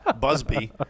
busby